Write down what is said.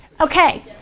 Okay